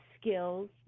skills